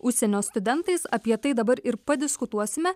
užsienio studentais apie tai dabar ir padiskutuosime